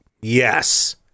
Yes